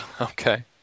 Okay